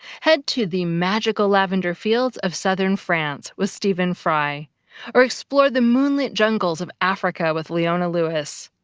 head to the magical lavender fields of southern france with stephen fry or explore the moonlit jungles of africa with leona lewis.